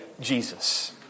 Jesus